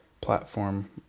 platform